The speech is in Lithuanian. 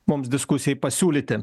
mums diskusijai pasiūlyti